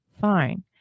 fine